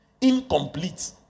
Incomplete